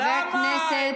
חבר הכנסת טייב,